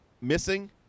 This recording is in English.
missing